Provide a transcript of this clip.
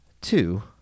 two